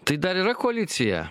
tai dar yra koalicija